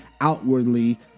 outwardly